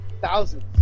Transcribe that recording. thousands